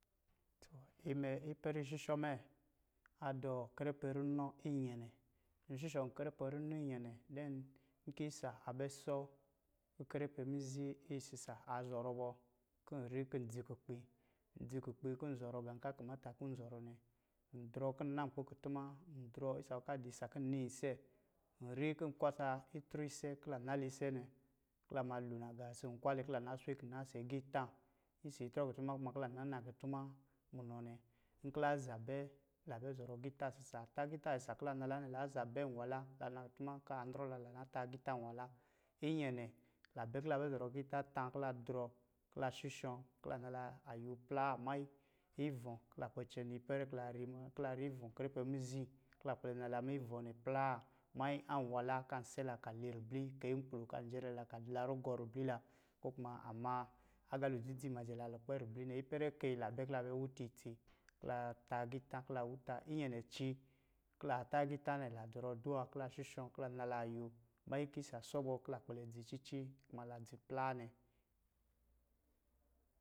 Imɛ ipɛrɛ ishushɔ̄ mɛ, adɔ̄ karafe runɔ inyɛnɛ nkɔ̄ isa a bɛ sɔ karafe mizi isisa aa zɔrɔ bɔ kɔ̄ nri kɔ̄ ndzi kukpi ndzi kukpi kɔ̄ nzɔrɔ gá kɔ̄ a kamata kɔ̄ nzɔrɔ nɛ, ndrɔ kɔ̄ n nan nkpi a kutuma, isa ruwɔ̄ kɔ̄ a dɔ̄ isa kɔ̄ nán isɛ, nri kɔ̄ n kwa sa itrɔ isɛ kɔ̄ lan nala isɛ nɛ, kɔ̄ la ma lo nagá ɔsɔ̄ nkwalɛ kɔ̄ lan naswe kina ɔsɔ̄ agiitá. ɔsɔ̄ itrɔ a kutuma kɔ̄ lan na nakutuma munɔ nɛ, nkɔ̄ la za bɛ, la bɛ zɔrɔ agiitá isisa, tá ahgiitá isisa kɔ̄ la nala nɛ, la za bɛ nnwula, la na kutuma kɔ̄ a nrɔ la, lan na tá agiitá nnwula, inyɛnɛ la bɛ kɔ̄ la bɛ kɔ̄ la bɛ zɔrɔ agiitá tá kɔ̄ la drɔ, kɔ̄ la shishɔ, kɔ̄ lanala ayo plaa, mannyi, ivɔ̄, kɔ̄ lakpɛ cɛnɛ ipɛrɛ kɔ̄ la ri, nkɔ̄ ri ivɔ̄ karafe mizi, kɔ̄ la kpɛlɛ nala ma ivɔ̄ nɛ plaa, mannyi anwala kan sɛla kɔ̄ a li ribli kaiyi nkpulo kɔ̄ an jɛrɛ la kɔ̄ a dɔ̄ la rugɔ̄ ribli la ko kuma kɔ̄ a ma agalo dzidzi ma jɛ la lukpɛ ribli nɛ, ipɛrɛ kai la bɛ kɔ̄ la bɛ wuta itsi, kɔ̄ latá agiitá nɛ la zɔrɔ aduwa, kɔ̄ la shushɔ̄, kɔ̄ la nala ayo mannyi kɔ̄ isasɔ bɔ kɔ̄ la kpɛlɛ dzi cici, kuma la dzi plaa nɛ.